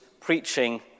preaching